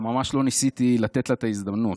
גם ממש לא ניסיתי לתת לה את ההזדמנות.